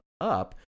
up